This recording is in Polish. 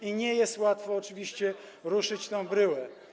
I nie jest łatwo oczywiście ruszyć tę bryłę.